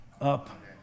up